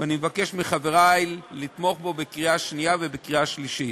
ואני מבקש מחברי לתמוך בו בקריאה שנייה ובקריאה שלישית.